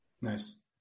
nice